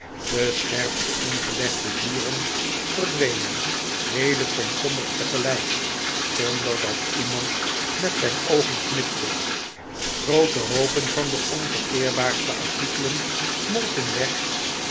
de scherpste ingelegde zuren verdwenen heele komkommers tegelijk zonder dat iemand met zijn oogen knipte groote hoopen van de onverteerbaarste artikelen smolten weg